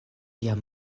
jam